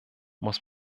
muss